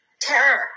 Terror